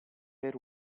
per